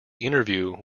interview